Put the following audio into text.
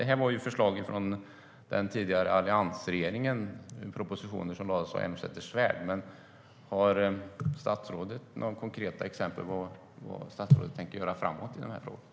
Det här var förslag från den tidigare alliansregeringen och propositioner som lades fram av Elmsäter-Svärd. Vad tänker statsrådet göra framåt i den här frågan?